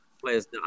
players